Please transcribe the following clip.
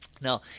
Now